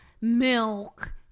milk